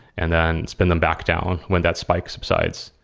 and then spin them back down when that spike subsides.